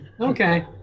okay